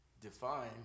define